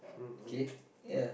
okay yeah